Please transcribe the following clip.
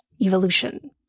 evolution